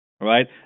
right